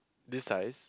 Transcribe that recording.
this size